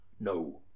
No